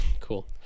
cool